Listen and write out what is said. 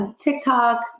TikTok